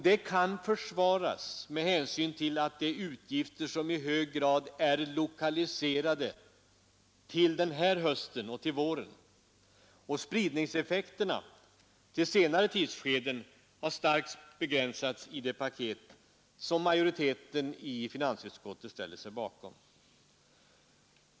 Det kan försvaras med hänsyn till att det är utgifter som i hög grad är lokaliserade till denna höst och till våren. Spridningseffekterna till senare tidsskeden har starkt begränsats i det paket som majoriteten i finansutskottet ställer sig bakom.